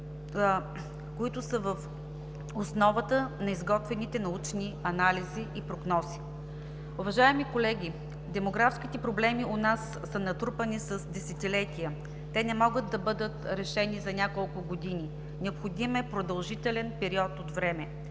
които са в основата на изготвените научни анализи и прогнози. Уважаеми колеги, демографските проблеми у нас са натрупани с десетилетия. Те не могат да бъдат решени за няколко години – необходим е продължителен период от време.